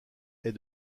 est